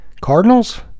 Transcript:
Cardinals